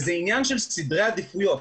זה עניין של סדרי עדיפויות.